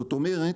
זאת אומרת,